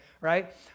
right